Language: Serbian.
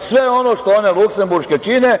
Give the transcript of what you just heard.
sve ono što one luksemburške čine,